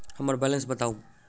हम्मर बैलेंस बताऊ